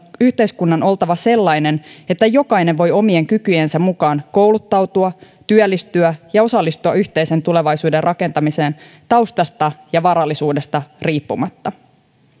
yhteiskunnan oltava sellainen että jokainen voi omien kykyjensä mukaan kouluttautua työllistyä ja osallistua yhteisen tulevaisuuden rakentamiseen taustasta ja varallisuudesta riippumatta